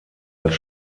als